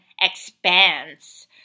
expands